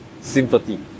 sympathy